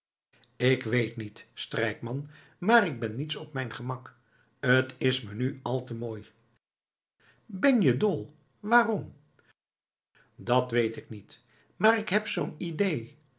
k weet niet strijkman maar ik ben niets op mijn gemak t is me nu al te mooi ben je dol waarom dat weet ik niet maar ik heb zoo'n idee